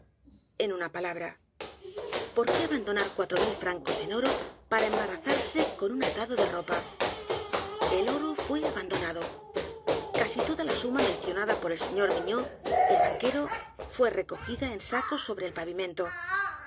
n una palabra por qué abandonar cuatro mil francos en oro para embarazarse con u n atado de ropa el oro fué abandonado casi toda la suma mencionada por el s r mignaud el banquero fué recogida en sacos sobre el pavimento